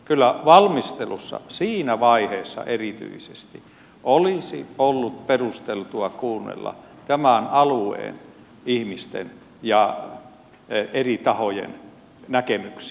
kyllä valmistelussa siinä vaiheessa erityisesti olisi ollut perusteltua kuunnella tämän alueen ihmisten ja eri tahojen näkemyksiä